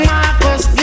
Marcus